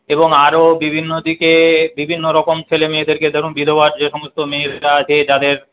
এবং আরও বিভিন্ন দিকে বিভিন্নরকম ছেলেমেয়েদেরকে ধরুন বিধবা যে সমস্ত মেয়েরা আছে তাদের